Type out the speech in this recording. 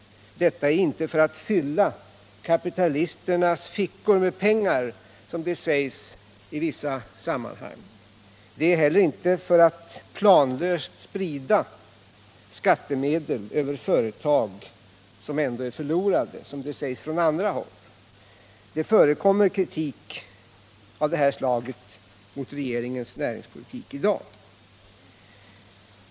Detta är inte att fylla kapitalisternas fickor med pengar, som det sägs i vissa sammanhang. Det är inte heller att planlöst sprida skattemedel över företag som ändå är förlorade, som man säger från andra håll. Det förekommer kritik av detta slag mot regeringens näringspolitik i dag.